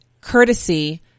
courtesy